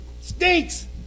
stinks